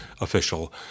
official